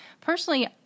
personally